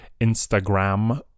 Instagram